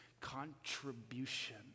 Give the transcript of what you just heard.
contribution